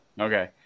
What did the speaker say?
Okay